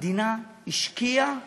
המדינה השקיעה